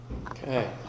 Okay